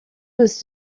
was